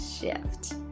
Shift